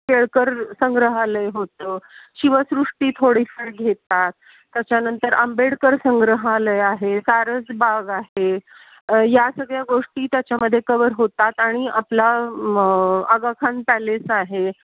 केळकर संग्रहालय होतं शिवसृष्टी थोडीफार घेतात त्याच्यानंतर आंबेडकर संग्रहालय आहे सारसबाग आहे या सगळ्या गोष्टी त्याच्यामध्ये कवर होतात आणि आपला आगाखान पॅलेस आहे